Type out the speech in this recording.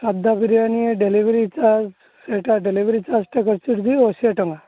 ସାଧା biryani delivery charge ସେଟା delivery ଚାର୍ଜଟା ଅଶୀଏ ଟଙ୍କା